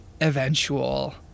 eventual